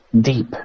deep